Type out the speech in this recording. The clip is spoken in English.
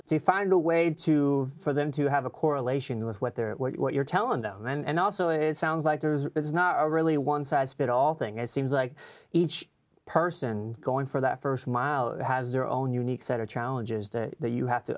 to find a way to for them to have a correlation with what they're what you're telling them and also it sounds like there's not really one size fits all thing and seems like each person going for that st mile has their own unique set of challenges that you have to